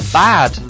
bad